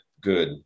good